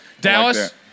Dallas